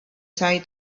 sai